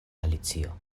alicio